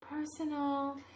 personal